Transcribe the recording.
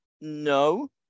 no